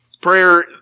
Prayer